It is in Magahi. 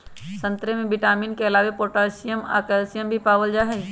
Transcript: संतरे में विटामिन के अलावे पोटासियम आ कैल्सियम भी पाएल जाई छई